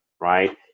right